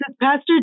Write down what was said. Pastor